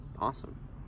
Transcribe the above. awesome